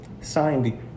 Signed